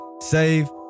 save